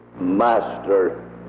master